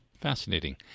Fascinating